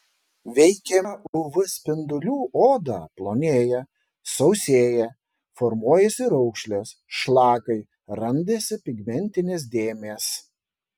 veikiama uv spindulių odą plonėja sausėja formuojasi raukšlės šlakai randasi pigmentinės dėmės